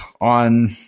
on